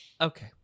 Okay